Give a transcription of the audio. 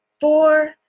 four